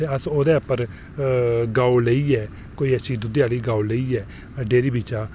ते अस ओह्दे उप्पर गौ लेइयै कोई अच्छी दुद्धै आह्ली गौ लेइयै डेरी बिच्चा